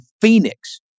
Phoenix